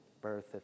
birth